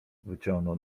wyciągnął